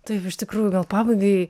taip iš tikrųjų gal pabaigai